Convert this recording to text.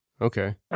Okay